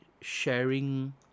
sharing